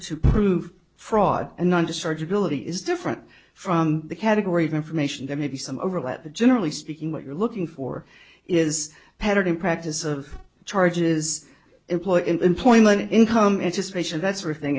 to prove fraud and not just charge ability is different from the category of information there may be some overlap but generally speaking what you're looking for is a pattern in practice of charges employed in employment income anticipation that sort of thing